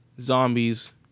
zombies